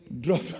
drop